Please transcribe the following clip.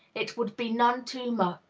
it would be none too much.